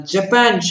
Japan